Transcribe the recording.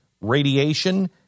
radiation